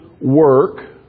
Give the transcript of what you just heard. work